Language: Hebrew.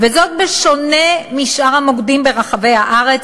בשונה משאר המוקדים ברחבי הארץ,